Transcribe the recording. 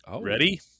Ready